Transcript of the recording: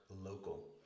local